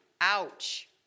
Ouch